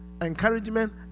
encouragement